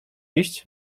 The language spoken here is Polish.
iść